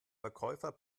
verkäufer